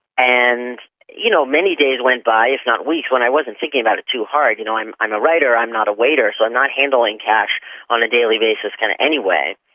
and you know many days went by, if not weeks, when i wasn't thinking about it too hard. you know, i'm a ah writer, i'm not a waiter, so i'm not handling cash on a daily basis kind of anyway.